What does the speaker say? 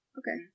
okay